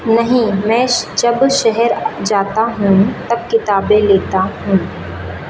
नहीं मैं जब शहर जाता हूँ तब किताबें लेता हूँ